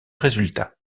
résultats